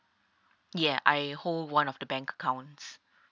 yeah I hold one of the bank accounts